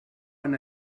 han